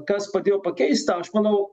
kas padėjo pakeist tą aš manau